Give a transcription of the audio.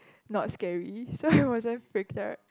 not scary so I wasn't freaked out